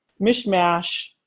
mishmash